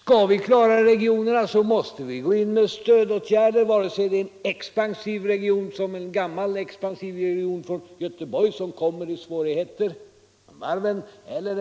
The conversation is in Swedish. Skall vi klara regionerna måste vi gå in med stödåtgärder, vare sig det gäller en gammal expansiv region som Göteborg, som kommer i svårigheter med varven, eller